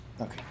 Okay